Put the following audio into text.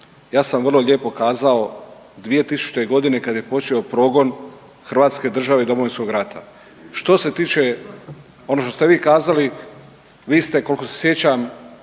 Ja sam vrlo lijepo kazao 2000. Godine kada je počeo progon Hrvatske države i Domovinskog rata. Što se tiče ono što ste vi kazali vi ste koliko se sjećam